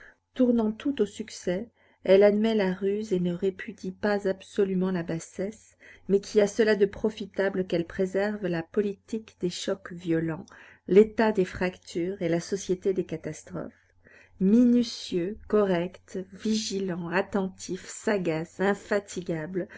tournant tout au succès elle admet la ruse et ne répudie pas absolument la bassesse mais qui a cela de profitable qu'elle préserve la politique des chocs violents l'état des fractures et la société des catastrophes minutieux correct vigilant attentif sagace infatigable